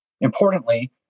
Importantly